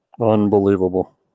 Unbelievable